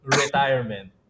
retirement